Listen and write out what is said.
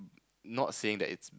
not saying that it's